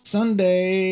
Sunday